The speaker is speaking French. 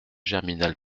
germinal